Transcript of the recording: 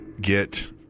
get